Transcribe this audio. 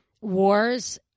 wars